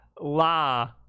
La